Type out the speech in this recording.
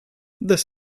this